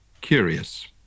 curious